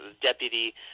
deputy